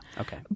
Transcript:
Okay